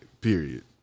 Period